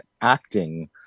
acting